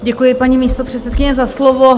Děkuji, paní místopředsedkyně, za slovo.